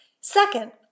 Second